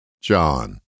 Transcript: John